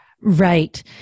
Right